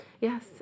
Yes